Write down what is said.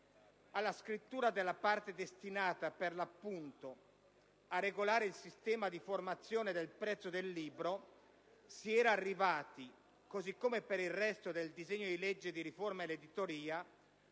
Alla scrittura della parte destinata, per l'appunto, a regolare il sistema di formazione del prezzo del libro, si era arrivati, così come per il resto del disegno di legge di riforma dell'editoria,